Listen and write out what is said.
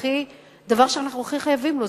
והדבר שאנחנו הכי חייבים להם,